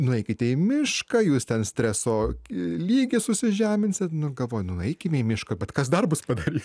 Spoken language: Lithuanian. nueikite į mišką jūs ten streso lygį susižeminsit nu galvoju nueikime į mišką bet kas darbus padarys